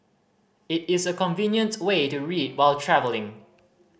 it is a convenient way to read while travelling